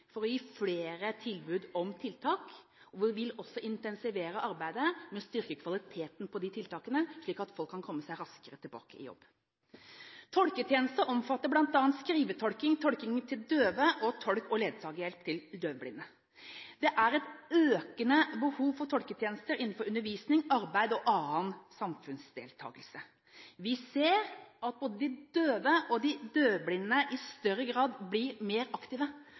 for å gi flere tilbud om tiltak, og vi vil også intensivere arbeidet med å styrke kvaliteten på de tiltakene slik at folk kan komme seg raskere tilbake i jobb. Tolketjeneste omfatter bl.a. skrivetolking, tolking til døve og tolk og ledsagerhjelp til døvblinde. Det er et økende behov for tolketjenester innenfor undervisning, arbeid og annen samfunnsdeltagelse. Vi ser at både de døve og de døvblinde i større grad blir mer aktive